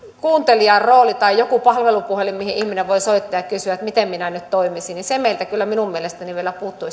kuuntelijan rooli tai joku palvelupuhelin mihin ihminen voi soittaa ja kysyä että miten minä nyt toimisin meiltä kyllä minun mielestäni vielä puuttuu